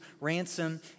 ransom